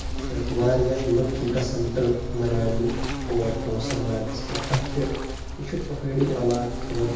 تہٕ واریاہ لُکھ چھِ گژھان ٹرپ مَناونہِ اور کونسر ناگَس پٮ۪ٹھ اَتھ چھِ یہِ چھُ پٔہٲڑی علاقہٕ یِوان